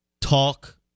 talk